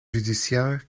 judiciaire